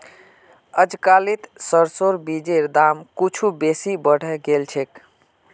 अजकालित सरसोर बीजेर दाम कुछू बेसी बढ़े गेल छेक